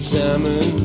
salmon